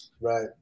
Right